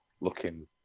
looking